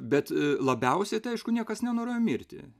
bet labiausiai tai aišku niekas nenorėjo mirti